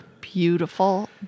beautiful